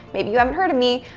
maybe you haven't heard of me,